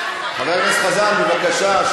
חבר הכנסת חזן, בבקשה.